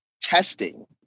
testing